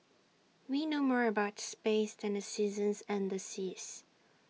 we know more about space than the seasons and the seas